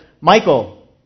Michael